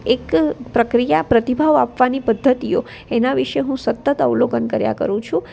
એક પ્રક્રિયા પ્રતિભાઓ આપવાની પદ્ધતિઓ એના વિષે હું સતત અવલોકન કર્યા કરું છું